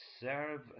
serve